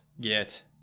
get